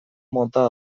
mota